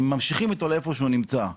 הם ממשיכים איתו לאיפה שהוא נמצא.